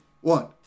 one